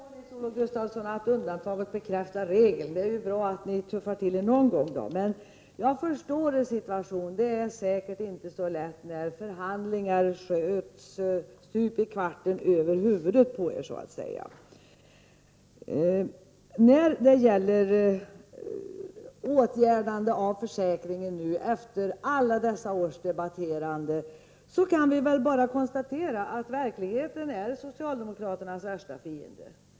Herr talman! Det kanske är så, Nils-Olof Gustafsson, att undantaget bekräftar regeln, men det är ju bra att ni tuffar till er någon gång. Jag förstår er situation. Det är säkert inte så lätt när förhandlingar stup i kvarten så att säga förs över huvudet på er. När det gäller att åtgärda försäkringen efter alla dessa års debatterande kan vi bara konstatera att verkligheten är socialdemokraternas värsta fiende.